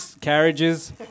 carriages